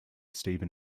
steven